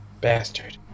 Bastard